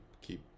keep